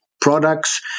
products